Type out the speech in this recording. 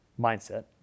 mindset